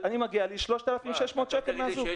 מגיע לי 3,600 שקלים מהזוג.